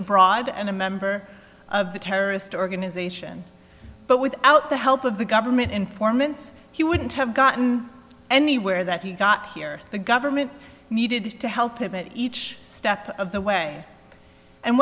pride and a member of the terrorist organisation but without the help of the government informants he wouldn't have gotten anywhere that he got here the government needed to help him at each step of the way and